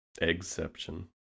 Exception